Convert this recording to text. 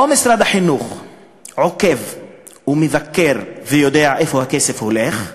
או שמשרד החינוך עוקב, מבקר ויודע לאן הכסף הולך,